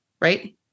right